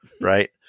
Right